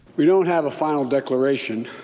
we don't have a final declaration.